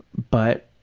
but